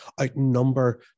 outnumber